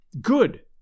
Good